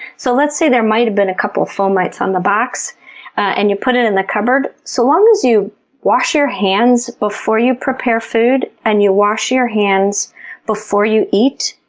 so, let's say there might've been a couple fomites on the box and you put it in the cupboard. so long as you wash your hands before you prepare food, and you wash your hands before you eat,